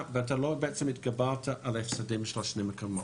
ולא התגברת על ההפסדים של השנים הקודמות.